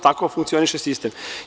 Tako funkcioniše sistem.